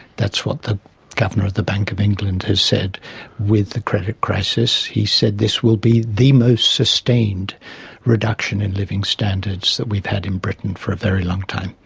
that's what the governor of the bank of england has said with the credit crisis, he said, this will be the most sustained reduction in living standards that we've had in britain for a very long time.